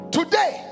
Today